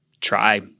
try